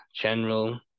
general